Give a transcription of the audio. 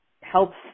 helps